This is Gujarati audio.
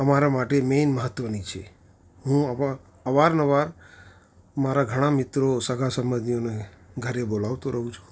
અમારા માટે મેન મહત્ત્વની છે હું અવા અવારનવાર મારા ઘણા મિત્રો સગા સંબંધીઓને ઘરે બોલાવતો રહું છું